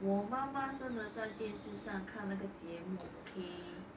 我妈妈真的在电视上看哪个节目 okay